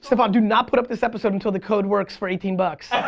staphon do not put up this episode until the code works for eighteen bucks.